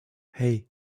hey